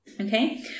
okay